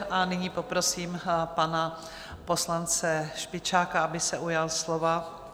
A nyní poprosím pana poslance Špičáka, aby se ujal slova.